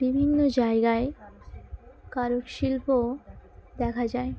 বিভিন্ন জায়গায় কারুশিল্প দেখা যায়